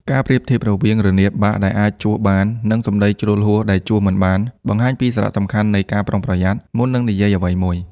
ការប្រៀបធៀបរវាង រនាបបាក់ ដែលអាចជួសបាន និង សម្ដីជ្រុលហួស ដែលជួសមិនបាន បង្ហាញពីសារៈសំខាន់នៃ ការប្រុងប្រយ័ត្ន មុននឹងនិយាយអ្វីមួយ។